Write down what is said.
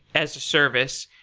as a service,